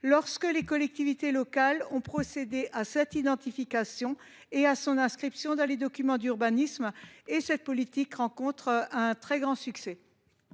lorsque les collectivités locales ont procédé à cette identification et à son inscription dans les documents d’urbanisme. C’est une politique qui, je le précise, rencontre un très grand succès.